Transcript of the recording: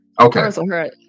Okay